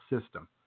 system